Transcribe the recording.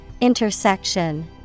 Intersection